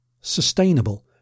sustainable